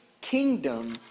kingdom